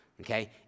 Okay